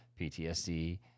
PTSD